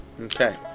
Okay